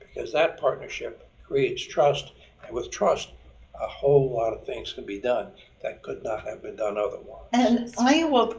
because that partnership creates trust and with trust a whole lot of things can be done that could not have been done otherwise. ann and iowa,